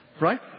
Right